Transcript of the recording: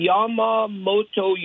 Yamamoto